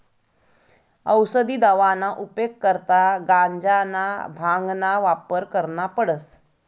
औसदी दवाना उपेग करता गांजाना, भांगना वापर करना पडस